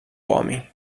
homem